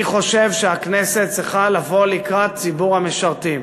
אני חושב שהכנסת צריכה לבוא לקראת ציבור המשרתים.